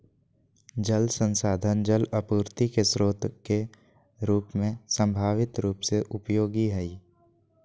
जल संसाधन जल आपूर्ति के स्रोत के रूप में संभावित रूप से उपयोगी हइ